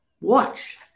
watch